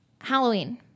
Halloween